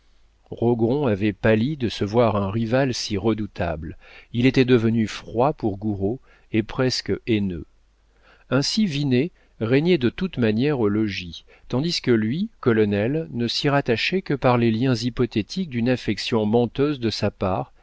rogron avait pâli de se voir un rival si redoutable il était devenu froid pour gouraud et presque haineux ainsi vinet régnait de toute manière au logis tandis que lui colonel ne s'y rattachait que par les liens hypothétiques d'une affection menteuse de sa part